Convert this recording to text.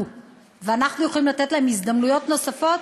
ואנחנו יכולים לתת להם הזדמנויות נוספות,